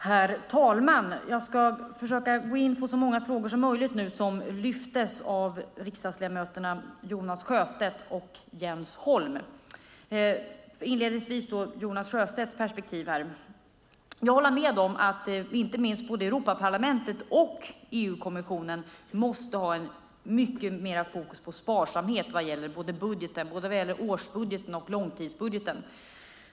Herr talman! Jag ska försöka gå in på så många av de frågor som lyftes fram av riksdagsledamöterna Jonas Sjöstedt och Jens Holm som möjligt. Inledningsvis tar jag Jonas Sjöstedts perspektiv. Jag kan hålla med om att både EU-parlamentet och EU-kommissionen måste ha mycket mer fokus på sparsamhet, både vad gäller årsbudgeten och långtidsbudgeten.